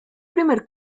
primer